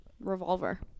revolver